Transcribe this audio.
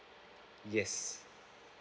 yes